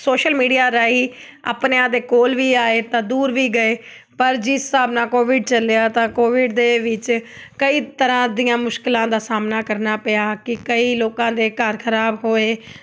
social media ਰਾਹੀਂ ਆਪਣਿਆਂ ਦੇ ਕੋਲ ਵੀ ਆਏ ਤਾਂ ਦੂਰ ਵੀ ਗਏ ਪਰ ਜਿਸ ਹਿਸਾਬ ਨਾਲ ਕੋਵਿਡ ਚੱਲਿਆ ਤਾਂ ਕੋਵਿਡ ਦੇ ਵਿੱਚ ਕਈ ਤਰ੍ਹਾਂ ਦੀਆਂ ਮੁਸ਼ਕਿਲਾਂ ਦਾ ਸਾਹਮਣਾ ਕਰਨਾ ਪਿਆ ਕਿ ਕਈ ਲੋਕਾਂ ਦੇ ਘਰ ਖਰਾਬ ਹੋਏ